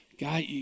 God